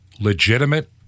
legitimate